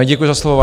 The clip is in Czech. Děkuji za slovo.